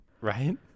Right